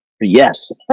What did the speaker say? yes